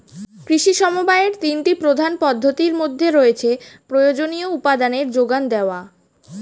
কৃষি সমবায়ের তিনটি প্রধান পদ্ধতির মধ্যে রয়েছে প্রয়োজনীয় উপাদানের জোগান দেওয়া